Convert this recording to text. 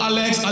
Alex